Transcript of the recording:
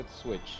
switch